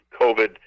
covid